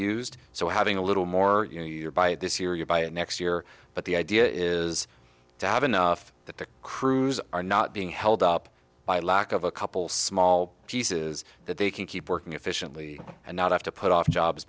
used so having a little more you know your buy this year you buy it next year but the idea is to have enough that the crews are not being held up by lack of a couple small pieces that they can keep working efficiently and not have to put off jobs